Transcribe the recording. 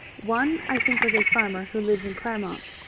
one i think was a farmer who lives in claremont.